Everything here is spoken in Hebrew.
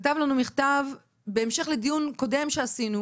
כתב לנו מכתב בהמשך לדיון קודם שקיימנו